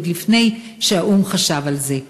עוד לפני שהאו"ם חשב על זה.